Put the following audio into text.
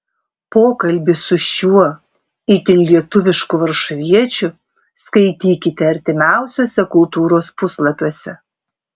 pokalbį su šiuo itin lietuvišku varšuviečiu skaitykite artimiausiuose kultūros puslapiuose